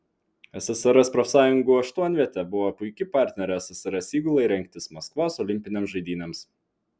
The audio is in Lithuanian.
ssrs profsąjungų aštuonvietė buvo puiki partnerė ssrs įgulai rengtis maskvos olimpinėms žaidynėms